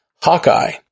Hawkeye